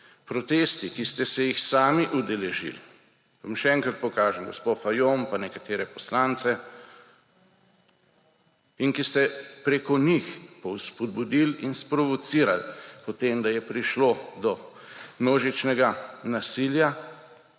protesti, ki ste si jih sami udeležili – vam še enkrat pokažem gospo Fajon pa nekatere poslance – in ki ste preko njih spodbudili in sprovocirali, da je prišlo do množičnega nasilja